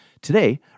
Today